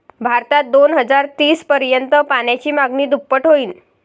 भारतात दोन हजार तीस पर्यंत पाण्याची मागणी दुप्पट होईल